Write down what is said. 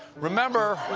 remember,